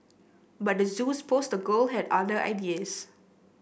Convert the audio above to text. but the Zoo's poster girl had other ideas